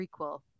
prequel